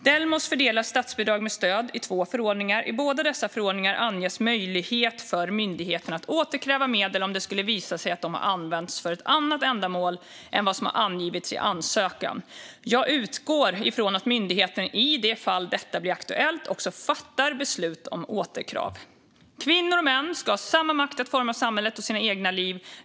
Delmos fördelar statsbidrag med stöd i två förordningar. I båda dessa förordningar anges möjlighet för myndigheten att återkräva medel om det skulle visa sig att de har använts för ett annat ändamål än vad som har angivits i ansökan. Jag utgår ifrån att myndigheten i de fall detta blir aktuellt också fattar beslut om återkrav. Kvinnor och män ska ha samma makt att forma samhället och sina egna liv.